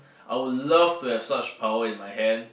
I would love to have such power in my hand